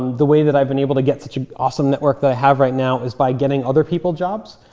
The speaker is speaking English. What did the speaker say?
the way that i've been able to get such an awesome network that i have right now is by getting other people jobs.